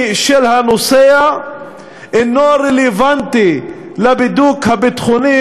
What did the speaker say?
של הנוסע אינו רלוונטי לבידוק הביטחוני?